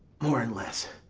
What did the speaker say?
more and less,